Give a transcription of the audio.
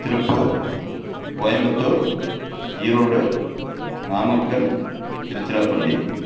Tiruppur Coimbatore Erode Namakkal Tiruchirappalli